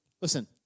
Listen